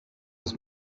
was